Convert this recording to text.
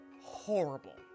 horrible